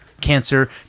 cancer